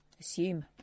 Assume